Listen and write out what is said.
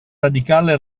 radicale